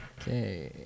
okay